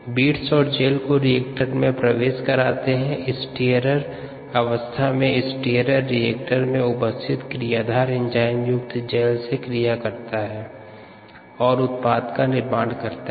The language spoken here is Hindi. बीड्स और जैल को रिएक्टर में प्रवेश कराते हैं स्टीयरर्र अवस्था में स्टीयरर्र रिएक्टर में उपस्थित क्रियाधार एंजाइम युक्त जैल से क्रिया करता है और उत्पाद निर्माण करता है